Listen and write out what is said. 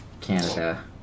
Canada